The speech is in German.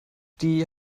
die